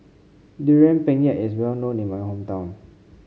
Durian Pengat is well known in my hometown